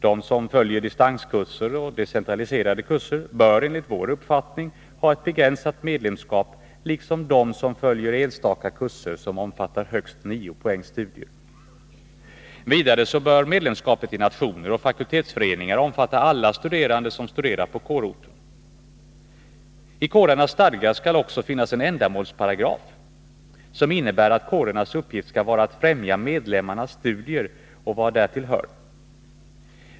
De som följer distanskurser och decentraliserade kurser bör enligt vår uppfattning ha ett begränsat medlemskap liksom de som följer enstaka kurser som omfattar högst 9 poängs studier. Vidare bör medlemskapet i nationer och fakultetsföreningar omfatta alla studerande som studerar på kårorten. I kårernas stadgar skall också finnas en ändamålsparagraf, som innebär att kårernas uppgift skall vara att främja medlemmarnas studier och vad därtill hör.